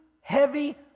heavy